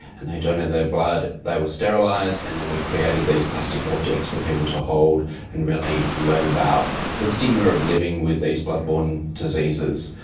and they donated their blood, they were sterilised and then we created these plastic objects for people to hold and really learn about the stigma of living with these blood-borne diseases.